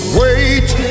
wait